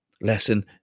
lesson